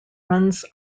runs